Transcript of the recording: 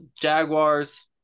Jaguars